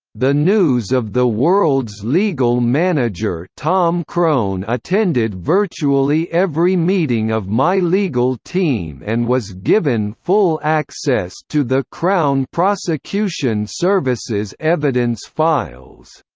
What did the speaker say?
the news of the world's legal manager tom crone attended virtually every meeting of my legal team and was given full access to the crown prosecution service's evidence files.